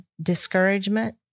discouragement